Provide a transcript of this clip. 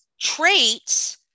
traits